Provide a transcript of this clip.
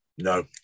No